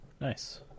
Nice